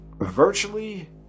virtually